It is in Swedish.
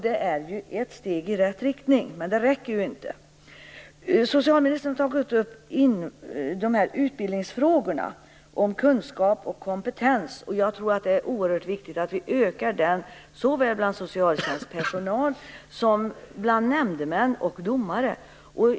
Det är ett steg i rätt riktning, men det räcker inte. Socialministern tog upp utbildningsfrågan, kunskap och kompetens. Jag tycker att det är oerhört viktigt att öka kunskapen såväl bland socialtjänstpersonal som bland nämndemän och domare.